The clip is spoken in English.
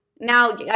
Now